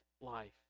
life